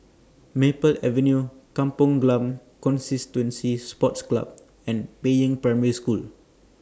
Maple Avenue Kampong Glam Constituency Sports Club and Peiying Primary School